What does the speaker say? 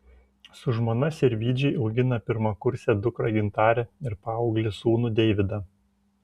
su žmona sirvydžiai augina pirmakursę dukrą gintarę ir paauglį sūnų deividą